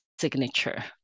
signature